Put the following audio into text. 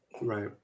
right